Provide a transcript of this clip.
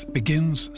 begins